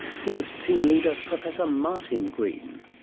here's team leader professor martin green.